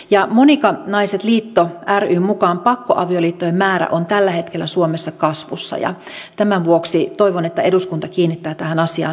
ja monika naiset liitto ryn mukaan pakkoavioliittojen määrä on tällä hetkellä suomessa kasvussa ja tämän vuoksi toivon että eduskunta kiinnittää tähän asiaan huomiota